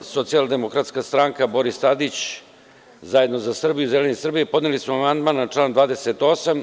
Socijaldemokratska stranka – Boris Tadić, Zajedno za Srbiju, Zeleni Srbije podnela je amandman na član 28.